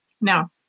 No